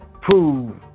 prove